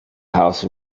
house